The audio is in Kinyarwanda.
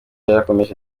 yarakomeje